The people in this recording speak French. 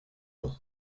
nom